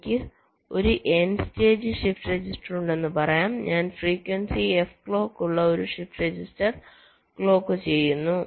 എനിക്ക് ഒരു n stage shift register ഉണ്ടെന്ന് പറയാം ഞാൻ ഫ്രീക്വൻസി എഫ് ക്ലോക്ക് ഉള്ള ഷിഫ്റ്റ് രജിസ്റ്റർ ക്ലോക്ക് ചെയ്യുന്നു